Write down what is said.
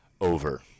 Over